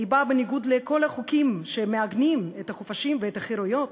היא באה בניגוד לכל החוקים שמעגנים את החופשים ואת החירויות